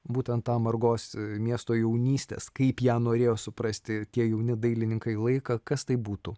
būtent tą margos miesto jaunystės kaip ją norėjo suprasti tie jauni dailininkai laiką kas tai būtų